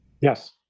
yes